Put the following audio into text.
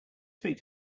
speak